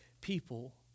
people